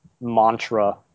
mantra